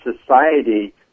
society